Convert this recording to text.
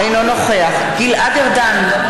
אינו נוכח גלעד ארדן,